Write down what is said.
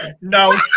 No